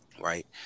right